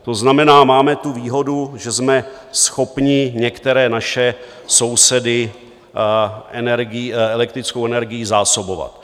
To znamená, máme tu výhodu, že jsme schopni některé naše sousedy elektrickou energií zásobovat.